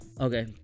Okay